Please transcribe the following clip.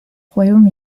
royaume